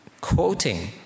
Quoting